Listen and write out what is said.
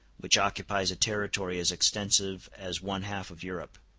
which occupies a territory as extensive as one-half of europe.